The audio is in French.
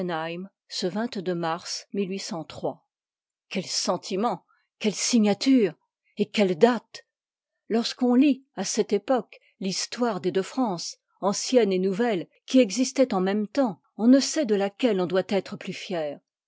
ce mars quel sentiment quelle signature î et quelle date lorsqu'on lit à cette époque l'histoire des deux france ancienne et nouvelle qui existoient en même temps on ne sait de laquelle on doit être plus fier